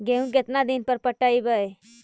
गेहूं केतना दिन पर पटइबै?